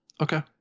Okay